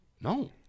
No